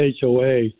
HOA